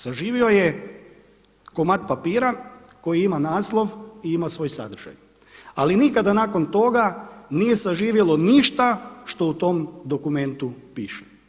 Saživio je komad papira koji ima naslov i ima svoj sadržaj, ali nikada nakon toga nije saživjelo ništa što u tom dokumentu piše.